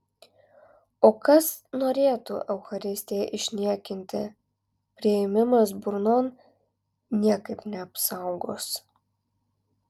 o jei kas norėtų eucharistiją išniekinti priėmimas burnon niekaip neapsaugos